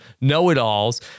know-it-alls